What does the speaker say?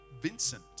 Vincent